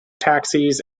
taxis